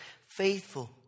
faithful